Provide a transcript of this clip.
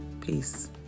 Peace